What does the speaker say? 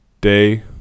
day